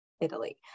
Italy